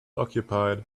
occupied